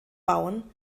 bauen